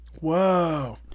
Whoa